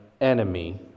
enemy